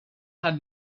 had